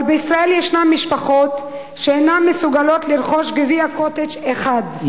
אבל בישראל ישנן משפחות שאינן מסוגלות לרכוש גביע "קוטג'" אחד.